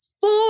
four